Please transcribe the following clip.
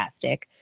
fantastic